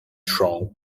trunk